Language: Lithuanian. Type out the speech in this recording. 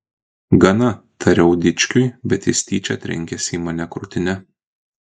gana tariau dičkiui bet jis tyčia trenkėsi į mane krūtine